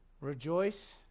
Rejoice